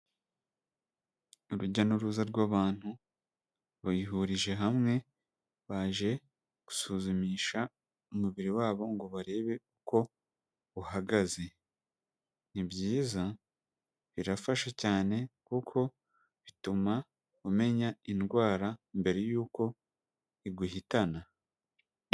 Urujya n'uruza rw'abantu, bihurije hamwe, baje gusuzumisha umubiri wabo ngo barebe uko uhagaze. Ni byiza, birafasha cyane kuko bituma umenya indwara mbere y'uko iguhitana.